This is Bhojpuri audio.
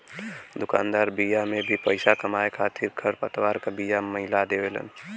दुकानदार बिया में भी पईसा कमाए खातिर खरपतवार क बिया मिला देवेलन